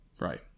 Right